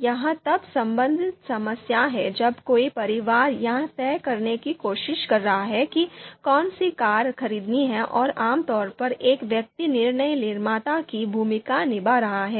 यह तब संबंधित समस्या है जब कोई परिवार यह तय करने की कोशिश कर रहा है कि कौन सी कार खरीदनी है और आमतौर पर एक व्यक्ति निर्णय निर्माता की भूमिका निभा रहा है